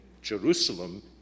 Jerusalem